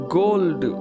gold